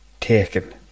taken